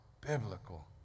biblical